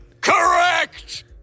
Correct